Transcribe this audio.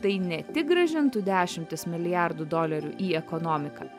tai ne tik grąžintų dešimtis milijardų dolerių į ekonomiką